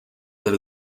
del